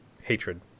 hatred